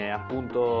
appunto